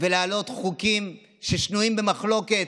ולהעלות חוקים ששנויים במחלוקת,